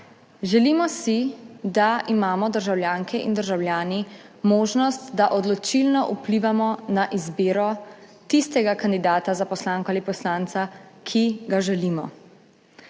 Želimo si, da imamo državljanke in državljani možnost, da odločilno vplivamo na izbiro tistega kandidata za poslanko ali poslanca, ki ga želimo.